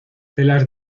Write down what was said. telas